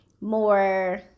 more